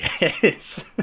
Yes